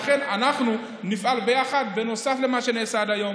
לכן, אנחנו נפעל ביחד, נוסף למה שנעשה עד היום.